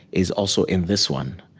is also in this one.